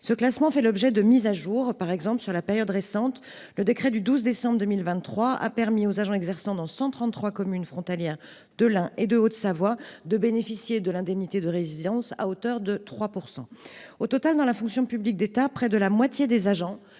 Ce classement fait l’objet de mises à jour. Par exemple, au cours de la période récente, le décret du 12 décembre 2023 a permis aux agents exerçant dans 133 communes frontalières de l’Ain et de la Haute Savoie de bénéficier de l’indemnité de résidence à hauteur de 3 %. Au total, dans la fonction publique d’État, près de la moitié des agents